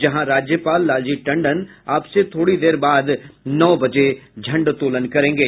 जहां राज्यपाल लालजी टंडन अब से थोड़ी देर बाद नौ बजे झंडोत्तोलन करेंगे